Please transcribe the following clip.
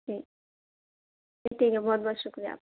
ہوں جی ٹھیک ہے بہت بہت شکریہ آپ کا